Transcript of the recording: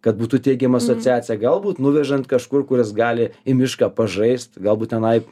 kad būtų teigiama asociacija galbūt nuvežant kažkur kur jis gali į mišką pažaist galbūt tenai